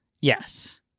Yes